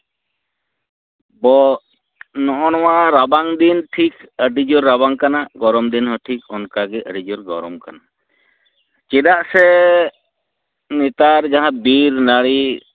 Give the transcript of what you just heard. ᱫᱚ ᱱᱚᱜᱼᱚᱭ ᱱᱚᱣᱟ ᱨᱟᱵᱟᱝ ᱫᱤᱱ ᱴᱷᱤᱠ ᱟᱹᱰᱤ ᱡᱳᱨ ᱨᱟᱵᱟᱝ ᱠᱟᱱᱟ ᱜᱚᱨᱚᱢ ᱫᱤᱱ ᱦᱚᱸ ᱴᱷᱤᱠ ᱚᱱᱠᱟ ᱜᱮ ᱜᱚᱨᱚᱢ ᱠᱟᱱᱟ ᱪᱮᱫᱟᱜ ᱥᱮ ᱱᱮᱛᱟᱨ ᱡᱟᱦᱟᱸ ᱵᱤᱨ ᱱᱟᱹᱲᱤ